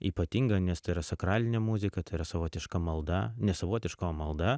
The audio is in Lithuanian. ypatinga nes tai yra sakralinė muzika tai yra savotiška malda ne savotiška o malda